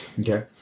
Okay